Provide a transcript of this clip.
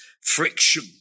friction